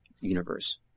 universe